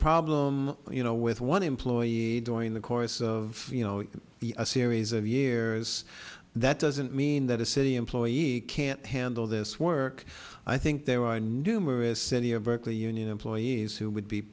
problem you know with one employee during the course of you know a series of years that doesn't mean that a city employee can't handle this work i think there are numerous any of berkeley union employees who would be